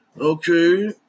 Okay